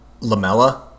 Lamella